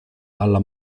alla